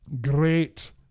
Great